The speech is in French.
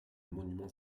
monuments